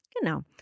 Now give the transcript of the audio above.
Genau